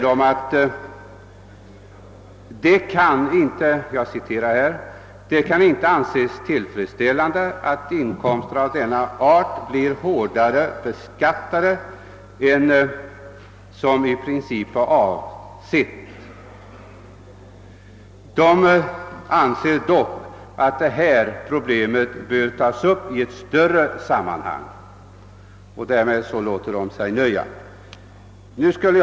I motionen har sagts att det inte kan anses tillfredsställande att inkomster av denna art blir hårdare skattebelastade än som i princip är avsett. Utskottet tycks dela denna mening men anser dock att problemet bör tas upp »i ett större sammanhang» och avstyrker därför bifall till motionen.